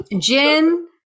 gin